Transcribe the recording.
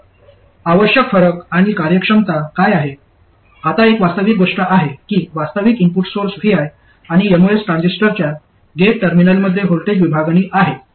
तर आवश्यक फरक आणि कार्यक्षमता काय आहे आता एक वास्तविक गोष्ट आहे की वास्तविक इनपुट सोर्स vi आणि एमओएस ट्रान्झिस्टरच्या गेट टर्मिनलमध्ये व्होल्टेज विभागणी आहे